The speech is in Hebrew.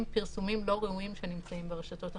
פרסומים לא ראויים שנמצאים ברשתות החברתיות.